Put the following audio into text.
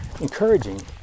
encouraging